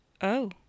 Oh